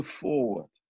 forward